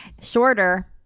Shorter